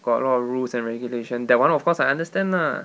got a lot of rules and regulation that one of course I understand lah